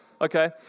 Okay